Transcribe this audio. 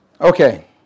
Okay